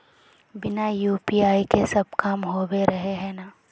बिना यु.पी.आई के सब काम होबे रहे है ना?